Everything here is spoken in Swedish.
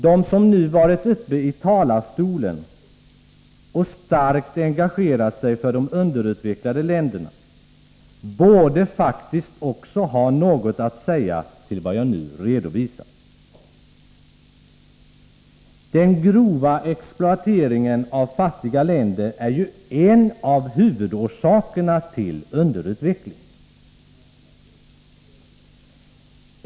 De som nu varit uppe i talarstolen och starkt engagerat sig för de underutvecklade länderna borde faktiskt också ha något att säga i anslutning till vad jag nu redovisat. Den grova exploateringen av fattiga länder är ju en av huvudorsakerna till underutvecklingen.